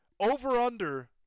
Over-under